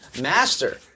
master